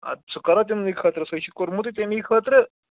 اَدٕ سُہ کَرو تٔمنٕے خٲطرٕ سُہ چھُ کوٚرمُتُے تمنٕے خٲطرٕ